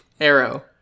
Arrow